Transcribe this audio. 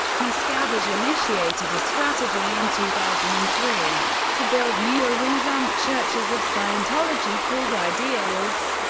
miscavige initiated a strategy in two thousand and three to build new or revamped churches of scientology, called ideal orgs,